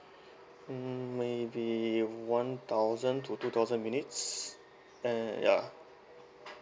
mm maybe one thousand to two thousand minutes and ya